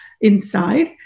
inside